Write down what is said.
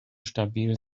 stabil